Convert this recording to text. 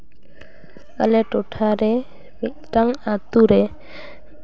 ᱟᱞᱮ ᱴᱚᱴᱷᱟᱨᱮ ᱢᱤᱫᱴᱟᱱ ᱟᱹᱛᱩ ᱨᱮ